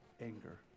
anger